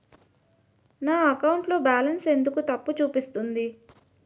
నా అకౌంట్ లో బాలన్స్ ఎందుకు తప్పు చూపిస్తుంది?